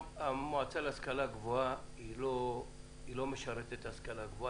שהמועצה להשכלה גבוהה לא משרתת את ההשכלה הגבוהה